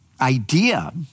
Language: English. idea